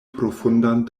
profundan